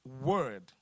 word